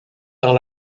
dans